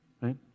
right